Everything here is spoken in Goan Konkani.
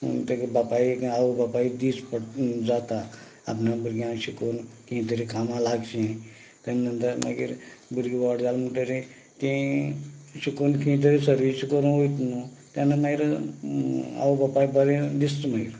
आनी ताजे बापायक आवय बापायक दीस पड जाता आपणा भुरग्यां अशें करून कियें तरी कामा लागचीं तेन्ना ते मागीर भुरगीं व्हड जाली म्हणटरी तीं शिकून खी तरी सर्वीस करूं वयता न्हू तेन्ना माईर आवय बापायक बरें दिसता माईर